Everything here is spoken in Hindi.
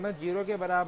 यह समय 0 के बराबर है